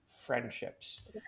friendships